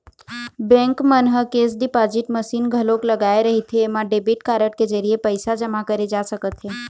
bank मन ह cash deposit machine घलोक लगाए रहिथे एमा डेबिट कारड के जरिए पइसा जमा करे जा सकत हे